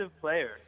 player